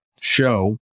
Show